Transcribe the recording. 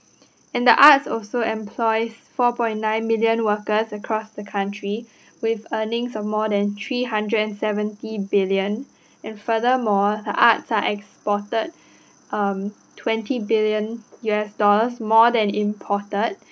and the arts also employs four point nine million workers across the country with earnings of more than three hundred and seventy billion and furthermore the arts are exported um twenty billion U_S dollars more than imported